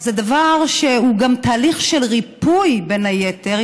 זה דבר שהוא גם תהליך של ריפוי, בין היתר.